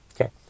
Okay